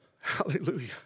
Hallelujah